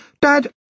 Dad